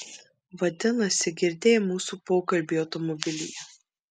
vadinasi girdėjai mūsų pokalbį automobilyje